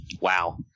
Wow